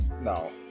no